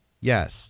yes